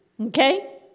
Okay